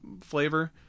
flavor